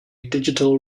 digital